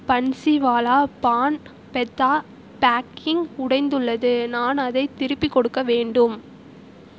Bansiwala paan petha packing உடைந்துள்ளது நான் அதைத் திருப்பிக் கொடுக்க வேண்டும்